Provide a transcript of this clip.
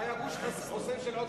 והיה גוש חוסם של עוד,